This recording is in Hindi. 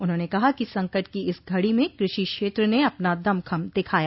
उन्होंने कहा कि संकट की इस घड़ी में कृषि क्षेत्र ने अपना दम खम दिखाया